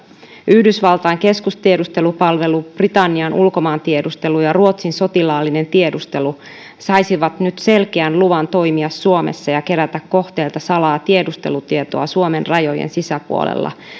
yhdysvaltain keskustiedustelupalvelu britannian ulkomaantiedustelu ja ruotsin sotilaallinen tiedustelu saisivat nyt selkeän luvan toimia suomessa ja kerätä kohteelta salaa tiedustelutietoa suomen rajojen sisäpuolella